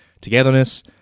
togetherness